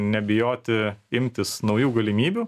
nebijoti imtis naujų galimybių